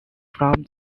from